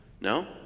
No